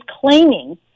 claiming